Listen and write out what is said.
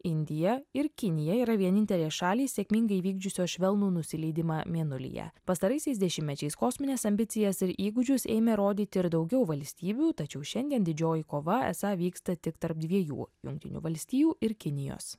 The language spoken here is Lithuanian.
indija ir kinija yra vienintelės šalys sėkmingai įvykdžiusios švelnų nusileidimą mėnulyje pastaraisiais dešimtmečiais kosmines ambicijas ir įgūdžius ėmė rodyti ir daugiau valstybių tačiau šiandien didžioji kova esą vyksta tik tarp dviejų jungtinių valstijų ir kinijos